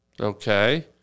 Okay